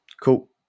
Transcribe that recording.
Cool